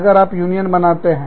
अगर आप यूनियन बनाते हैं